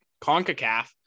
CONCACAF